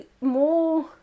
more